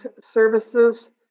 services